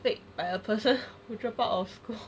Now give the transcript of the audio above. fake like a person drop out of school